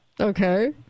Okay